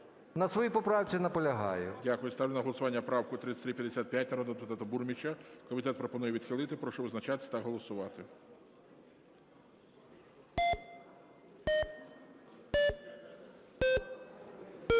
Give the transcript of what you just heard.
На своїй поправці наполягаю. ГОЛОВУЮЧИЙ. Дякую. Ставлю на голосування правку 3355 народного депутата Бурміча. Комітет пропонує відхилити. Прошу визначатись та голосувати.